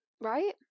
right